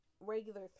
regular